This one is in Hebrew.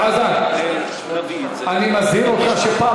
אורן חזן, אני מזהיר אותך שפעם